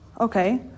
Okay